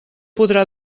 podrà